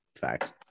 Facts